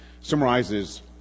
summarizes